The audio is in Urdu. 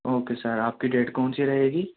اوکے سر آپ کی ڈیٹ کون سی رہے گی